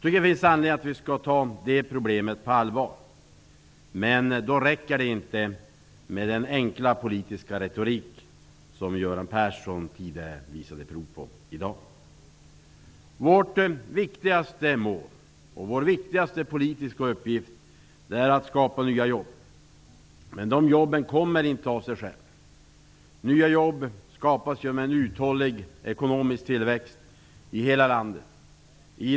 Det finns anledning att ta detta problem på allvar. Det räcker inte med den enkla politiska retorik som Göran Persson tidigare visade prov på i dag. Vårt viktigaste mål och vår viktigaste politiska uppgift är att skapa nya jobb. Men jobben kommer inte av sig själva. Nya jobb i befintliga och nya företag skapas genom uthållig ekonomisk tillväxt i hela landet.